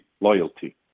loyalty